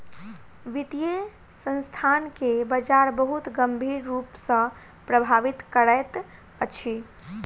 वित्तीय संस्थान के बजार बहुत गंभीर रूप सॅ प्रभावित करैत अछि